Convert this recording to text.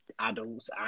adults